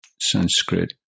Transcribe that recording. Sanskrit